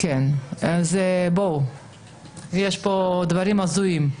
יש פה דברים הזויים.